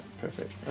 Perfect